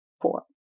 four